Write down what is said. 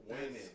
Winning